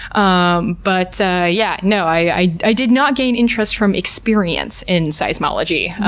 um but yeah no, i i did not gain interest from experience in seismology.